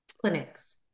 Clinics